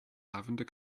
lavender